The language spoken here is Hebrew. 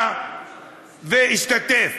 בא והשתתף.